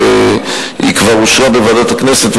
היא כבר אושרה בוועדת הכנסת,